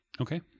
Okay